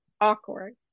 awkward